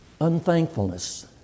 Unthankfulness